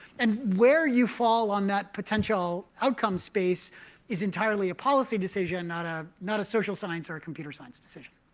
and where you fall on that potential outcome space is entirely a policy decision, not ah not a social science or a computer science decision.